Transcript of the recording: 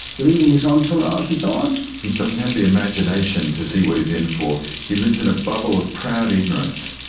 leaving his entourage and so on? he doesn't have the imagination to see what he's in for. he lives in a bubble of proud ignorance.